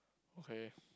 okay